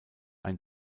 ein